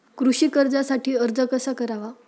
कृषी कर्जासाठी अर्ज कसा करावा?